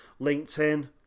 linkedin